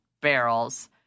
barrels